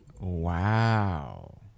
wow